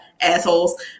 Assholes